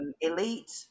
elite